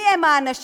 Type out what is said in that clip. מי הם האנשים,